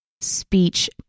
speech